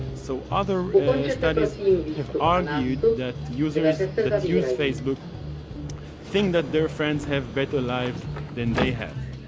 so other studies have argued that users that use facebook think that their friends have better lives than they have.